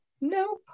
nope